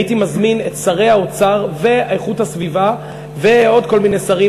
הייתי מזמין את שרי האוצר ואיכות הסביבה ועוד כל מיני שרים,